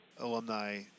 Alumni